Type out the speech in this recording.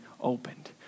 Opened